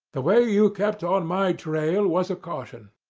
the way you kept on my trail was a caution.